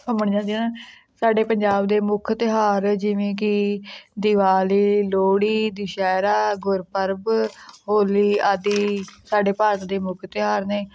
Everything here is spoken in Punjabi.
ਘੁੰਮਣ ਜਾਂਦੇ ਹਨ ਸਾਡੇ ਪੰਜਾਬ ਦੇ ਮੁੱਖ ਤਿਉਹਾਰ ਜਿਵੇਂ ਕਿ ਦਿਵਾਲੀ ਲੋਹੜੀ ਦੁਸ਼ਹਿਰਾ ਗੁਰਪੁਰਬ ਹੋਲੀ ਆਦਿ ਸਾਡੇ ਭਾਰਤ ਦੇ ਮੁੱਖ ਤਿਉਹਾਰ ਨੇ